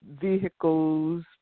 vehicles